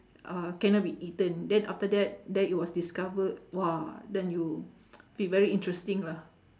uh cannot be eaten then after that then it was discovered !wah! then you feel very interesting lah